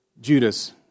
Judas